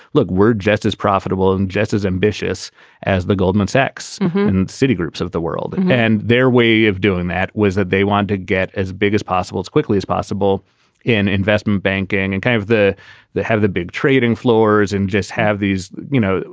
look, we're just as profitable and just as ambitious as the goldman sachs citigroups of the world. and and their way of doing that was that they want to get as big as possible, as quickly as possible in investment banking and kind of the they have the big trading floors and just have these, you know,